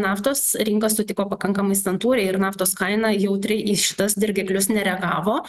naftos rinkos sutiko pakankamai santūriai ir naftos kaina jautriai į šitas dirgiklius nereagavo